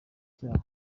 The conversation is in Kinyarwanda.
icyaha